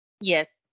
Yes